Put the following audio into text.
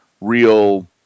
real